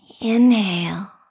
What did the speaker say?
Inhale